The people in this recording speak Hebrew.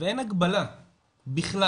ואין הגבלה בכלל